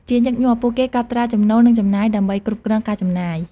ជាញឹកញាប់ ពួកគេកត់ត្រាចំណូល និងចំណាយដើម្បីគ្រប់គ្រងការចំណាយ។